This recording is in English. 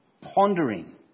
pondering